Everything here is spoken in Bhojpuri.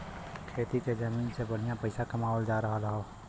खेती के जमीन से बढ़िया पइसा कमावल जा रहल हौ